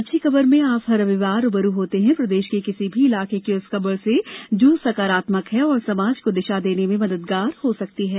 अच्छी खबर में आप हर रविवार रू ब रू होते हैं प्रदेश के किसी भी इलाके की उस खबर से जो सकारात्मक है और समाज को दिशा देने में मददगार हो सकती है